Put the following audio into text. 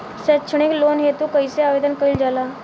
सैक्षणिक लोन हेतु कइसे आवेदन कइल जाला?